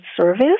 service